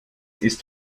ist